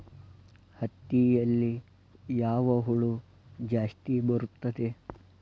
ಹತ್ತಿಯಲ್ಲಿ ಯಾವ ಹುಳ ಜಾಸ್ತಿ ಬರುತ್ತದೆ?